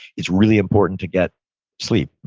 it's really important to get sleep.